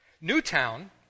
Newtown